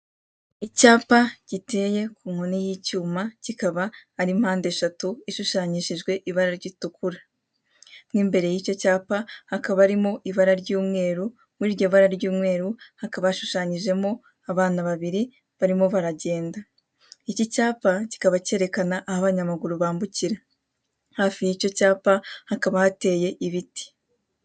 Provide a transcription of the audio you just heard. Icyapa giteye ku nkoni y'icyuma kikaba ari mpandeshatu ishushanyishijwe ibara ryitukura. Mo imbere y'icyo cyapa hakaba harimo ibara ry'umweru, muri iryo bara ry'umweru hakaba hashushanyijemo abana babiri barimo baragenda. Iki cyapa kikaba cyerekana aho abanyamaguru bambukira. Hafi y'icyo cyapa hakaba hateye ibiti.